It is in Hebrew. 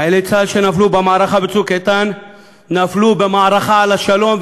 חיילי צה"ל שנפלו במערכה ב"צוק איתן" נפלו במערכה על השלום.